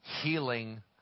healing